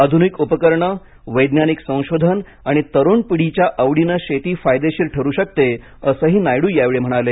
आधुनिक उपकरणे वैज्ञानिक संशोधन आणि तरुण पिढीच्या आवडीने शेती फायदेशीर ठरू शकते असंही नायडू यावेळी म्हणाले